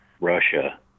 Russia